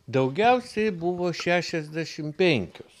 daugiausiai buvo šešiasdešimt penkios